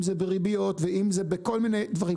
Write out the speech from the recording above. אם זה בריביות ואם זה בכל מיני דברים.